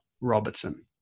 Robertson